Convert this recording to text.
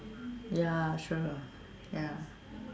ya sure ya